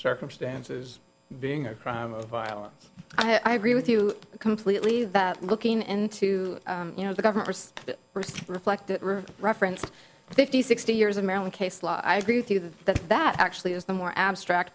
circumstances being a crime of violence i agree with you completely that looking into you know the governor's reflected reference fifty sixty years in maryland case law i agree with you that that that actually is the more abstract